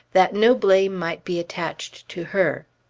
that no blame might be attached to her.